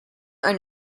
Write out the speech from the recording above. are